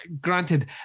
granted